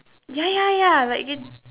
ya ya ya like it